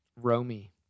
Romy